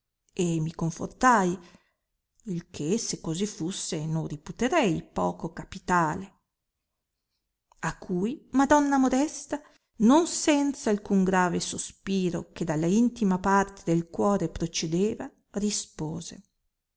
e mi confortai il che se così fusse non riputerei poco capitale a cui madonna modesta non senza alcun grave sospiro che dalla intima parte del cuore procedeva rispose